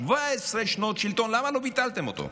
ב-17 שנות שלטון למה לא ביטלתם אותו?